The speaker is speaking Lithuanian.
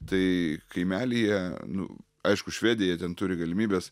tai kaimelyje nu aišku švedija ten turi galimybes